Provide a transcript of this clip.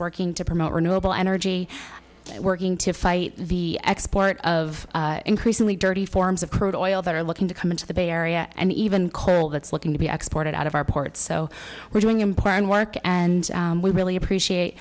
working to promote renewable energy working to fight the export of increasingly dirty forms of crude oil that are looking to come into the bay area and even coral that's looking to be exported out of our ports so we're doing important work and we really appreciate